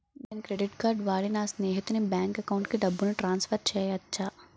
నేను credit card వాడి నా స్నేహితుని బ్యాంక్ అకౌంట్ కి డబ్బును ట్రాన్సఫర్ చేయచ్చా?